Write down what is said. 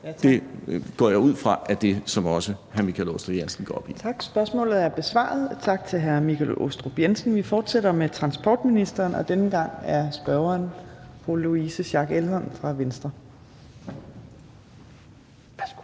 Det går jeg ud fra er det, som også hr. Michael Aastrup Jensen går op i. Kl. 14:36 Fjerde næstformand (Trine Torp): Tak. Spørgsmålet er besvaret. Tak til hr. Michael Aastrup Jensen. Vi fortsætter med transportministeren, og denne gang er spørgeren fru Louise Schack Elholm fra Venstre. Kl.